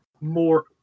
More